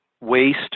waste